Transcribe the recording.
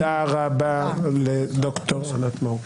תודה רבה לד"ר ענת מאור.